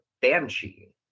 banshee